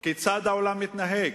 כיצד העולם מתנהג.